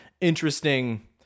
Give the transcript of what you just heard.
interesting